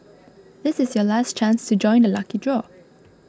this is your last chance to join the lucky draw